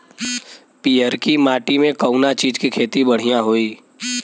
पियरकी माटी मे कउना चीज़ के खेती बढ़ियां होई?